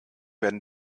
werden